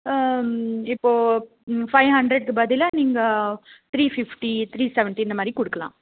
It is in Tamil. இப்போ ஃபைவ் ஹண்ரட்க்கு பதிலாக நீங்கள் த்ரீ ஃபிஃப்டி த்ரீ செவண்டி இந்த மாதிரி கொடுக்குலாம்